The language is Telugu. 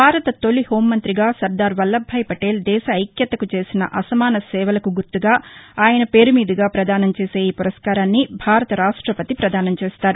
భారత్ తొలి హోంమంతిగా సర్థార్ వల్లభాయ్ పటేల్ దేశ ఐత్యతకు చేసిన అసమాన సేవలకు గుర్తుగా ఆయన పేరు మీదుగా ప్రదానం చేసే ఈ పురస్కారాన్ని భారత రాష్టపతి పదానం చేస్తారు